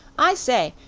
i say,